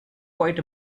quite